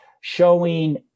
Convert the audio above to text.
showing